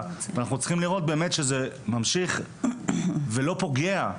ואנחנו צריכים לראות באמת שזה ממשיך ולא פוגע.